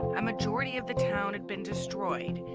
and majority of the town had been destroyed,